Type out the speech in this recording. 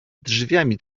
drzwiami